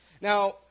Now